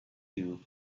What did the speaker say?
you